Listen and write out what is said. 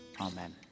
Amen